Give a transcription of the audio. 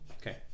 okay